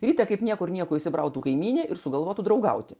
ryte kaip niekur nieko įsibrautų kaimynė ir sugalvotų draugauti